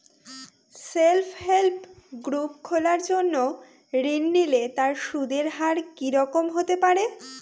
Self help group খোলার জন্য ঋণ নিলে তার সুদের হার কি রকম হতে পারে?